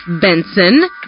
Benson